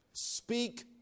Speak